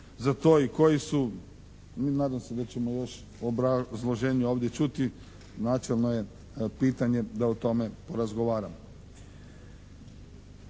za to i koji su. Mi nadamo se da ćemo još obrazloženje ovdje čuti. Načelno je pitanje da o tome porazgovaramo.